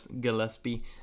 Gillespie